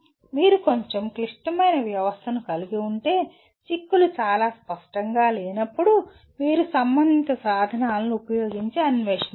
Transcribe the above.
మీరు కొంచెం క్లిష్టమైన వ్యవస్థను కలిగి ఉంటే చిక్కులు చాలా స్పష్టంగా లేనప్పుడు మీరు సంబంధిత సాధనాలను ఉపయోగించి అన్వేషించాలి